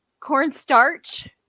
Cornstarch